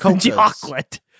Chocolate